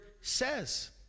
says